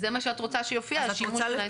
זה מה שאת רוצה שיופיע, השימוש של העצים?